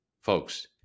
folks